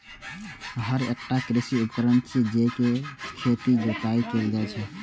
हर एकटा कृषि उपकरण छियै, जइ से खेतक जोताइ कैल जाइ छै